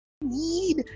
need